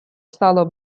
сало